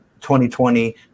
2020